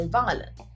violent